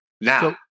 Now